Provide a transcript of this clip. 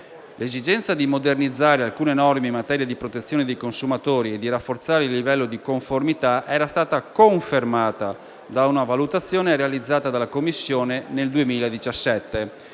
L'esigenza di modernizzare alcune norme in materia di protezione dei consumatori e di rafforzare il livello di conformità era stata confermata da una valutazione realizzata dalla Commissione nel 2017